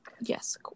Yes